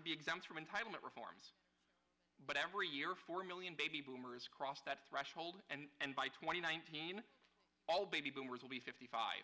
be exempt from entitlement reforms but every year four million baby boomers cross that threshold and by twenty nineteen all baby boomers will be fifty five